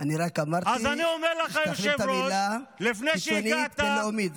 אני רק אמרתי שתחליף את המילה "קיצונית" ב"לאומית",